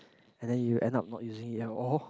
and then you end up not using it at all